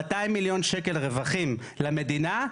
200 מיליון שקל רווחים למדינה,